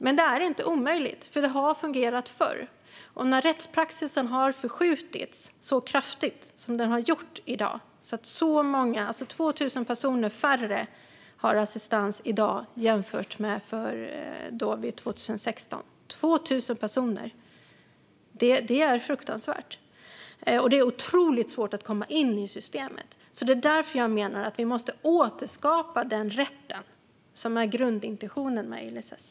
Men det är inte omöjligt, för det har fungerat förr. I dag har rättspraxis förskjutits så kraftigt att så många som 2 000 personer färre har assistans i dag jämfört med 2016. 2 000 personer! Det är fruktansvärt. Det är också otroligt svårt att komma in i systemet. Det är därför jag menar att vi måste återskapa denna rätt, som är grundintentionen med LSS.